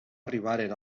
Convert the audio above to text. arribaren